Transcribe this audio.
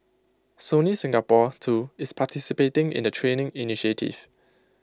Sony Singapore too is participating in the training initiative